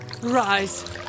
Rise